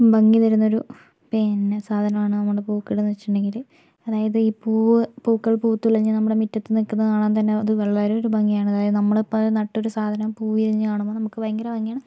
ഭംഗി തരുന്ന ഒരു പിന്നെ സാധനമാണ് നമ്മുടെ പൂക്കൾ എന്ന് വെച്ചിട്ടുണ്ടെങ്കില് അതായത് ഈ പൂവ് പൂക്കൾ പൂത്തുലഞ്ഞ നമ്മുടെ മിറ്റത്ത് നിക്കുന്നത് കാണാൻ തന്നെ അത് വളരെ ഒരു ഭംഗിയാണ് അതായത് നമ്മളിപ്പോൾ നട്ടൊരു സാധനം പൂ വിരിഞ്ഞു കാണുമ്പോൾ നമുക്ക് ഭയങ്കര ഭംഗിയാണ്